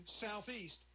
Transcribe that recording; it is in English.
Southeast